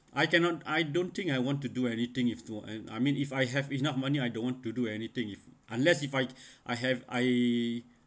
I cannot I don't think I want to do anything if to and I mean if I have enough money I don't want to do anything if unless if I I have I